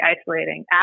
isolating